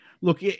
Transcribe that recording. Look